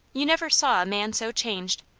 you never saw a man so changed.